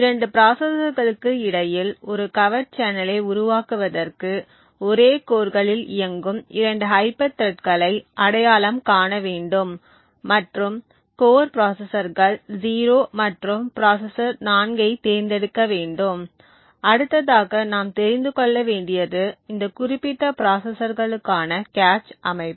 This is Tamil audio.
2 ப்ராசசர்களுக்கு இடையில் ஒரு கவர்ட் சேனலை உருவாக்குவதற்கு ஒரே கோர்களில் இயங்கும் 2 ஹைப்பர் த்ரெட்களை அடையாளம் காண வேண்டும் மற்றும் கோர் ப்ராசசர்கள் 0 மற்றும் ப்ராசசர் 4 ஐத் தேர்ந்தெடுக்க வேண்டும் அடுத்ததாக நாம் தெரிந்து கொள்ள வேண்டியது இந்த குறிப்பிட்ட ப்ராசசர்களுக்கான கேச் அமைப்பு